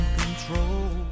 control